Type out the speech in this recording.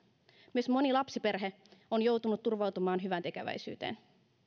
myös moni lapsiperhe on joutunut turvautumaan hyväntekeväisyyteen